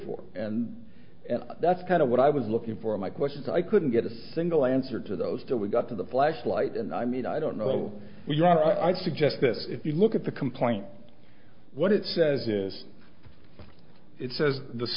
for and that's kind of what i was looking for my questions i couldn't get a single answer to those till we got to the flashlight and i mean i don't know if you are i'd suggest this if you look at the complaint what it says is it says th